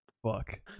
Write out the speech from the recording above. Fuck